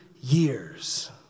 years